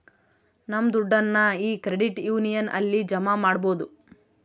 ನಮ್ ದುಡ್ಡನ್ನ ಈ ಕ್ರೆಡಿಟ್ ಯೂನಿಯನ್ ಅಲ್ಲಿ ಜಮಾ ಮಾಡ್ಬೋದು